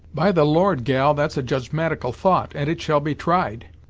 by the lord, gal, that's a judgematical thought, and it shall be tried,